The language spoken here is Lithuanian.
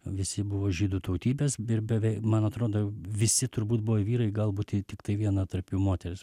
visi buvo žydų tautybės ir beveik man atrodo visi turbūt buvo vyrai galbūt tiktai viena tarp jų moteris